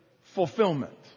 fulfillment